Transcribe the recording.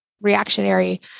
reactionary